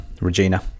Regina